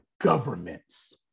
governments